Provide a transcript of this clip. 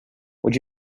would